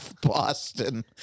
Boston